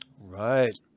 Right